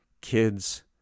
kids